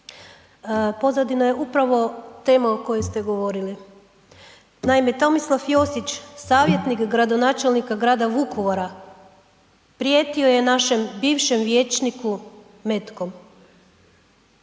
pozadina je upravo tema o kojoj ste govorili. Naime, Tomislav Josić, savjetnik gradonačelnika grada Vukovara prijetio je našem bivšem vijećniku metkom.